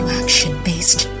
action-based